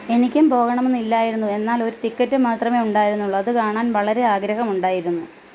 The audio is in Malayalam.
എനിക്കും പോകണമെന്ന് ഇല്ലായിരുന്നു എന്നാൽ ഒരു ടിക്കറ്റ് മാത്രമേ ഉണ്ടായിരുന്നുള്ളൂ അത് കാണാൻ വളരെ ആഗ്രഹമുണ്ടായിരുന്നു